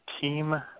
Team